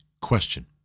question